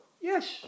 Yes